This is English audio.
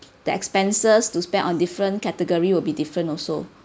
the expenses to spend on different category will be different also